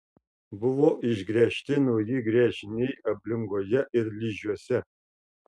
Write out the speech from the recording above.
buvo išgręžti nauji gręžiniai ablingoje ir ližiuose